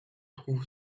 trouve